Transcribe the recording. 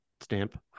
stamp